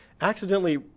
accidentally